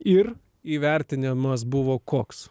ir įvertinimas buvo koks